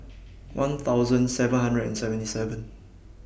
one thousand seven hundred and seventy seven